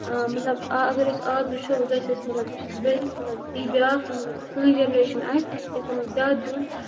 مطلب آ اَگر أسۍ آز وٕچھو ووں گَژھِ اَسہِ مطلب یُس مطلب اِی بیاکھ مطلب سٲنۍ جنریشَن آسہِ اَسہِ پَزِ تِمَن زیادٕ دِیُن